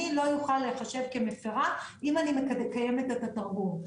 אני לא אוכל להיחשב כמפרה אם אני מקיימת את התרגום.